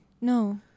No